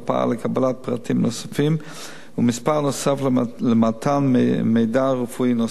ולקבלת פרטים נוספים ומספר נוסף למתן מידע רפואי נוסף.